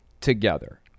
together